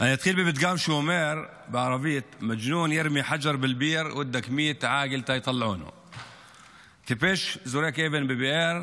אתחיל בפתגם שאומר בערבית (אומר בערבית ומתרגם:) טיפש זורק אבן לבאר,